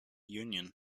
union